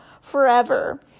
forever